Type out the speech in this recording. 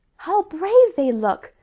how brave they look!